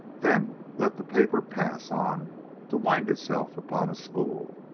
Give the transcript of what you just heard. then let the paper pass on to wind itself upon a spool.